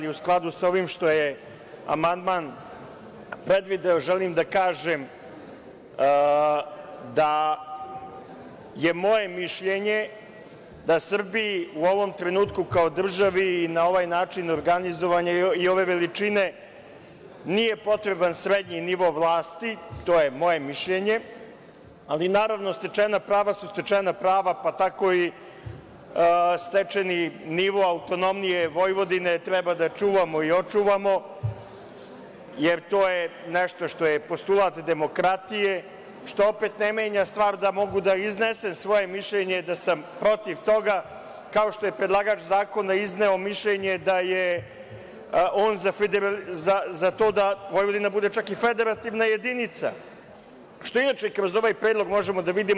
U skladu sa ovim što je amandman predvideo, želim da kažem da je moje mišljenje da Srbiji u ovom trenutku kao državi ovaj način organizovanja i ove veličine nije potreban srednji nivo vlasti, to je moje mišljenje, ali naravno stečena prava su stečena prava, pa tako i stečeni nivo autonomije Vojvodine treba da čuvamo i očuvamo, jer to je nešto što je postulat demokratije, što opet ne menja stvar da mogu da iznesem svoje mišljenje da sam protiv toga, kao što je predlagač zakona izneo mišljenje da je on za to da Vojvodina bude čak i federativna jedinica, što inače kroz ovaj predlog možemo da vidimo.